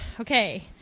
okay